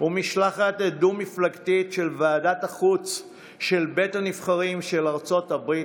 וחברי משלחת דו-מפלגתית של ועדת החוץ של בית הנבחרים של ארצות הברית,